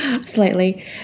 slightly